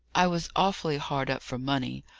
i was awfully hard up for money.